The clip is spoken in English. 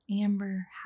amber